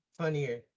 funnier